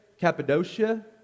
Cappadocia